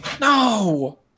No